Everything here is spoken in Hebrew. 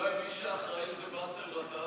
אולי מי שאחראי זה באסל גטאס?